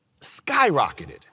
skyrocketed